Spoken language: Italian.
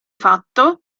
fatto